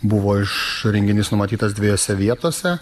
buvo iš renginys numatytas dviejose vietose